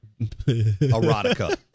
erotica